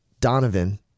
Donovan